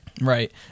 Right